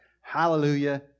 Hallelujah